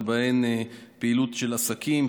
ובהם פעילות של עסקים,